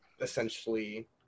essentially